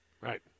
Right